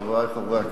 חברי חברי הכנסת,